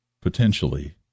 potentially